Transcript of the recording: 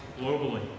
globally